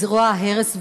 לזרוע הרס וחורבן.